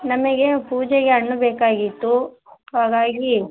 ನಮಗೆ ಪೂಜೆಗೆ ಹಣ್ಣು ಬೇಕಾಗಿತ್ತು ಹಾಗಾಗಿ